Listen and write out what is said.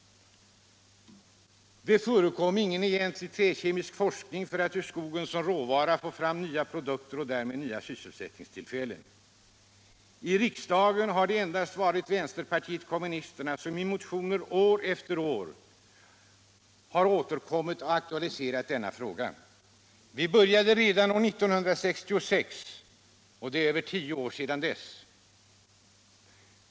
Det förekom ingen egentlig träkemisk forskning med inriktning på att ur skogen som råvara få fram nya produkter och därmed nya sysselsättningstillfällen. I riksdagen har det endast varit vänsterpartiet kommunisterna som i motioner år efter år återkommit och aktualiserat denna fråga. Vi började redan 1966. Det är över tio år sedan dess.